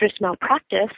malpractice